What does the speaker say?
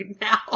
now